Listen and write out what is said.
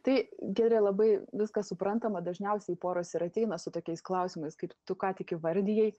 tai gerai labai viskas suprantama dažniausiai poros ir ateina su tokiais klausimais kaip tu ką tik įvardijai